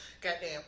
Goddamn